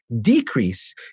Decrease